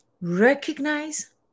recognize